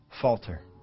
falter